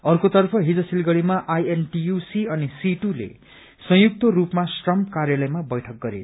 अर्कोतर्फ हिज सिलगढ़ीमा इन्टक अनि सीटूले संयुक्त रूपमा श्रम कार्यालयमा बैठक गरे